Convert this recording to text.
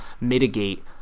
mitigate